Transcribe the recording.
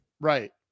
right